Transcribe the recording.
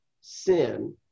sin